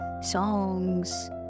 songs